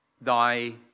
Thy